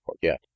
forget